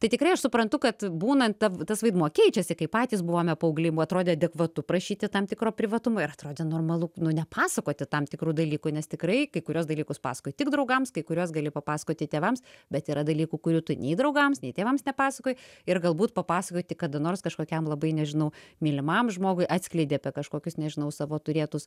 tai tikrai aš suprantu kad būnant ta tas vaidmuo keičiasi kai patys buvome paaugliai mum atrodė adekvatu prašyti tam tikro privatumo ir atrodė normalu nu nepasakoti tam tikrų dalykų nes tikrai kai kuriuos dalykus pasakoji tik draugams kai kuriuos gali papasakoti tėvams bet yra dalykų kurių tu nei draugams nei tėvams nepasakoji ir galbūt papasakoji tik kada nors kažkokiam labai nežinau mylimam žmogui atskleidi apie kažkokius nežinau savo turėtus